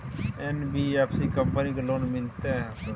NBFC company की loan मिलते है?